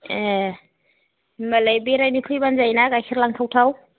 ए होमब्लालाय बेरायनो फैब्लानो जायोना गाइखेर लांथाव थाव